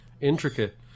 intricate